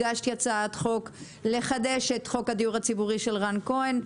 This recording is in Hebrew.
הגשתי הצעת חוק לחדש את חוק הדיור הציבורי של רן כהן,